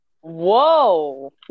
Whoa